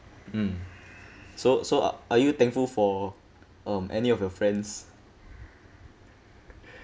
mm so so a~ are you thankful for um any of your friends